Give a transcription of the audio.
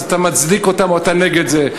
אז אתה מצדיק את זה או אתה נגד זה?